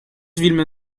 will